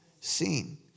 seen